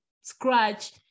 scratch